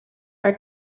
are